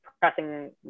pressing